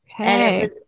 okay